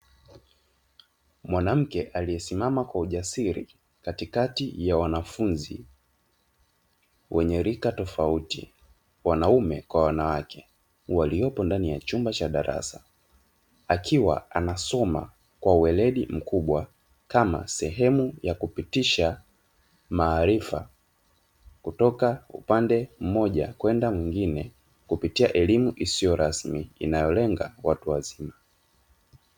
Mwanamke aliyesimama kwa ujasiri katikati ya wanafunzi wenye rika tofauti (wanaume kwa wanawake) waliopo ndani ya chumba cha darasa, akiwa anasoma kwa uweledi mkubwa kama sehemu ya kupitisha maarifa kutoka upande mmoja kwenda mwingine kupitia elimu isiyo rasmi inayolenga watu wazima.